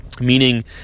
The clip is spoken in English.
meaning